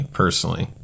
personally